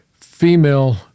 female